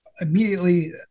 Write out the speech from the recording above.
immediately